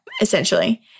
essentially